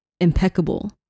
impeccable